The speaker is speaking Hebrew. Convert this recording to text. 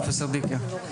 תודה רבה, פרופ' דיקר.